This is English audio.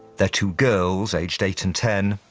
their two girls, aged eight and ten,